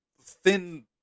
thin